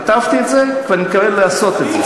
כתבתי את זה ואני מתכוון לעשות את זה.